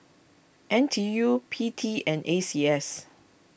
N T U P T and A C S